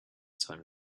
time